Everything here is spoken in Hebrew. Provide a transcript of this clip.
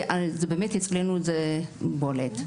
באמת אצלנו זה בולט.